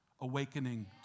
awakening